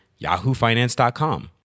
yahoofinance.com